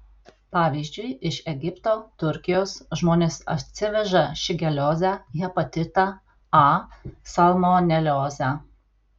pavyzdžiui iš egipto turkijos žmonės atsiveža šigeliozę hepatitą a salmoneliozę